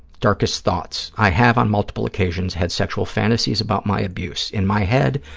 darkest thoughts. i have, on multiple occasions, had sexual fantasies about my abuse. in my head,